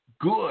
Good